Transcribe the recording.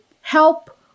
help